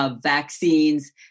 vaccines